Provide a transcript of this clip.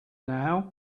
now